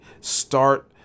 start